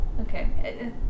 Okay